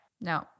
No